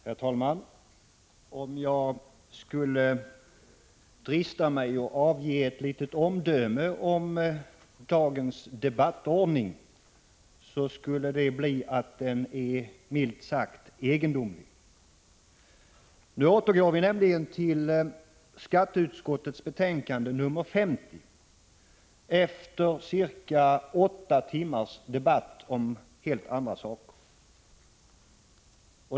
Herr talman! Om jag skulle drista mig att fälla ett omdöme om dagens debattordning, skulle det bli att denna — milt sagt — är egendomlig. Nu återgår vi nämligen till skatteutskottets betänkande nr 50 — och det gör vi efter cirka åtta timmars debatt om helt andra saker.